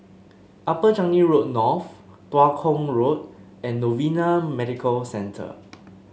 Upper Changi Road North Tua Kong Road and Novena Medical Centre